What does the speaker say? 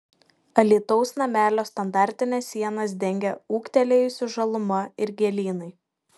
alytaus namelio standartines sienas dengia ūgtelėjusi žaluma ir gėlynai